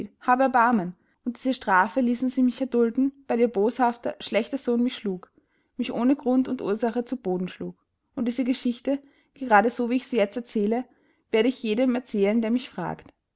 hab erbarmen und diese strafe ließen sie mich erdulden weil ihr boshafter schlechter sohn mich schlug mich ohne grund und ursache zu boden schlug und diese geschichte gerade so wie ich sie jetzt erzähle werde ich jedem erzählen der mich frägt